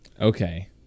okay